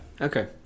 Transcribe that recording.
Okay